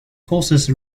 causes